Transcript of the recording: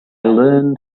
learned